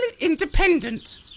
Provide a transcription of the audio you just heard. independent